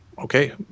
Okay